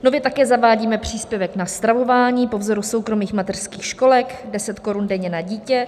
Nově také zavádíme příspěvek na stravování po vzoru soukromých mateřských školek deset korun denně na dítě.